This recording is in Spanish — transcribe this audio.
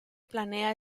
planea